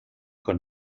con